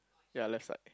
ya left side